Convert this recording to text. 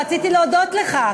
רציתי להודות לך,